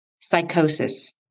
psychosis